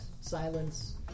Silence